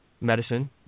medicine